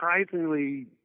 surprisingly